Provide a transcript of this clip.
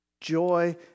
Joy